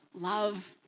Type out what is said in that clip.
love